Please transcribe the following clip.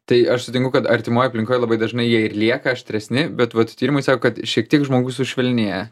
tai aš sutinku kad artimoj aplinkoj labai dažnai jie ir lieka aštresni bet vat tyrimai sako kad šiek tiek žmogus sušvelnėja